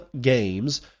Games